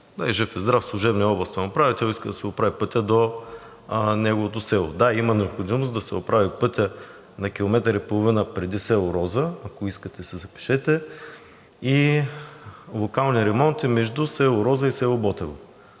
Жив и здрав, служебният областен управител иска да си оправи пътя до неговото село. Да, има необходимост да се оправи пътят на километър и половина преди село Роза – ако искате, си запишете, и локални ремонти между село Роза и село Ботево.